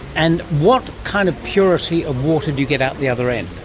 and what kind of purity of water do you get out the other end?